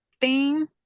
theme